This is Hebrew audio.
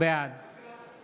בעד